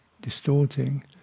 distorting